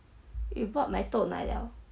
you bought my 豆奶 liao